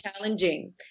challenging